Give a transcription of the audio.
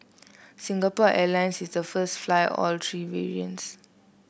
Singapore Airlines is the first fly all three variants